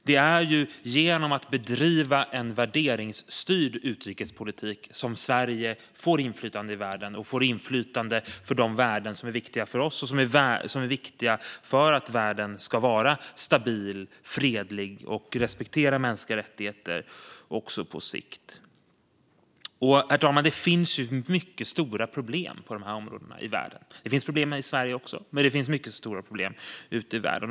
Det är genom att bedriva en värderingsstyrd utrikespolitik som Sverige får inflytande i världen och inflytande för de värden som är viktiga för oss och för att världen ska vara stabil, fredlig och att man ska respektera mänskliga rättigheter också på sikt. Herr talman! Det finns mycket stora problem i världen på dessa områden. Det finns problem också i Sverige, men det finns mycket stora problem ute i världen.